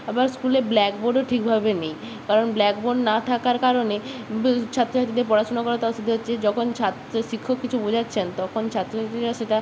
আবার স্কুলে ব্ল্যাকবোর্ডও ঠিকভাবে নেই কারণ ব্ল্যাকবোর্ড না থাকার কারণে ছাত্র ছাত্রীদের পড়াশুনা করাতে অসুবিধা হচ্ছে যখন ছাত্র শিক্ষক কিছু বোঝাচ্ছেন তখন ছাত্র ছাত্রীরা সেটা